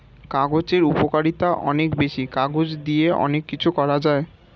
কাগজের উপকারিতা অনেক বেশি, কাগজ দিয়ে অনেক কিছু করা যায়